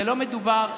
לא מדובר,